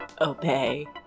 Obey